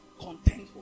Content